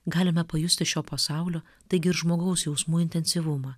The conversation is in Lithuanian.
galime pajusti šio pasaulio taigi ir žmogaus jausmų intensyvumą